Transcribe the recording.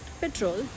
petrol